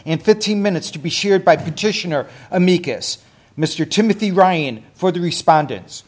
and fifteen minutes to be shared by petitioner amicus mr timothy ryan for the respondents